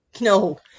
no